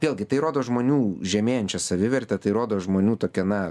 vėlgi tai rodo žmonių žemėjančią savivertę tai rodo žmonių tokią na